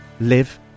live